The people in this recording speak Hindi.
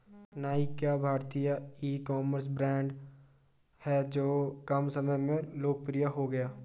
नायका भारतीय ईकॉमर्स ब्रांड हैं जो कम समय में लोकप्रिय हो गया